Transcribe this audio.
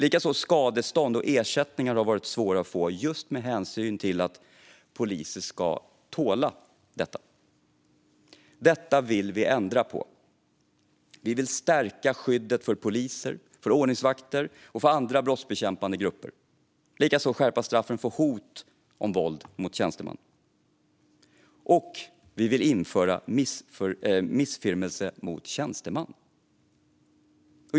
Likaså har det varit svårt att få skadestånd och ersättningar, just med hänsyn till att poliser ska "tåla" detta. Detta vill vi ändra på. Vi vill stärka skyddet för poliser, ordningsvakter och andra brottsbekämpande grupper. Likaså vill vi skärpa straffen för hot om våld mot tjänsteman och införa brottet missfirmelse mot tjänsteman.